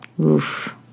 Oof